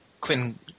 Quinn